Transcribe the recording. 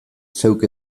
zeuk